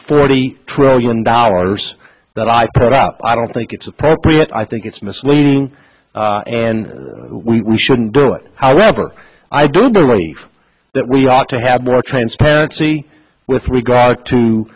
thirty trillion dollars that i put out i don't think it's appropriate i think it's misleading and we shouldn't do it however i do believe that we ought to have more transparency with regard